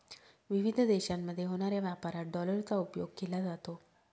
विविध देशांमध्ये होणाऱ्या व्यापारात डॉलरचा उपयोग केला जातो